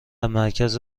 مرکز